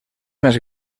més